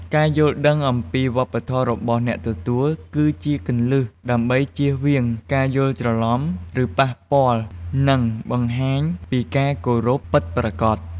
ការយល់ដឹងអំពីវប្បធម៌របស់អ្នកទទួល គឺជាគន្លឹះដើម្បីជៀសវាងការយល់ច្រឡំ ឬប៉ះពាល់ និងបង្ហាញពីការគោរពពិតប្រាកដ។